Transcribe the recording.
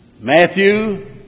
Matthew